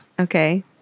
Okay